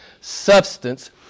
substance